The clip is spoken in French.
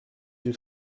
yeux